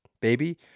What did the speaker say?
baby